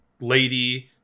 lady